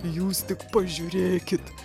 jūs tik pažiūrėkit